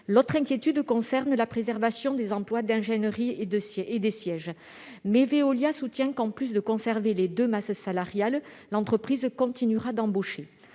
L'autre inquiétude concerne la préservation des emplois d'ingénierie et des sièges. Cependant, Veolia soutient qu'en plus de conserver les deux masses salariales, l'entreprise continuera d'embaucher.